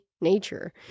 nature